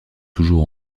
toujours